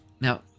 Now